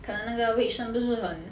可能那个卫生不是很